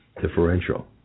differential